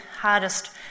hardest